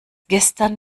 gestern